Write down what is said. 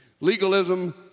Legalism